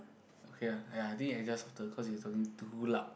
okay ah !aiya! I think I adjust softer cause you talking too loud